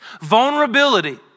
vulnerability